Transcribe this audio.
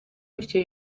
bityo